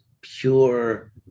pure